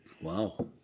Wow